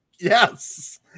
Yes